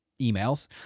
emails